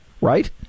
right